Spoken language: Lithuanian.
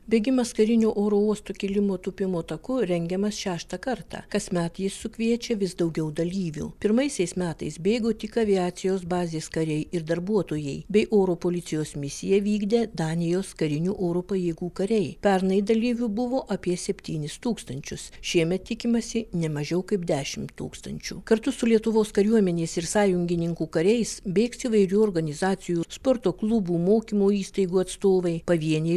bėgimas karinių oro uostų kilimo tūpimo taku rengiamas šeštą kartą kasmet jis sukviečia vis daugiau dalyvių pirmaisiais metais bėgo tik aviacijos bazės kariai ir darbuotojai bei oro policijos misiją vykdę danijos karinių oro pajėgų kariai pernai dalyvių buvo apie septynis tūkstančius šiemet tikimasi ne mažiau kaip dešimt tūkstančių kartu su lietuvos kariuomenės ir sąjungininkų kariais bėgs įvairių organizacijų sporto klubų mokymo įstaigų atstovai pavieniai